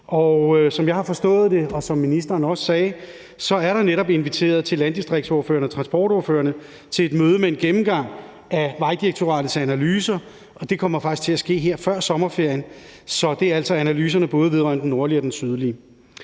og som jeg har forstået det, og som ministeren også sagde det, er der netop sendt invitationer til landdistriktsordførerne og transportordførerne til et møde med en gennemgang af Vejdirektoratets analyser, og det kommer faktisk til at ske her før sommerferien; det er altså analyserne vedrørende både den nordlige og den sydlige